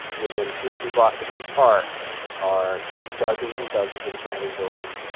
within two or three blocks of this park are dozens and dozens of abandoned buildings.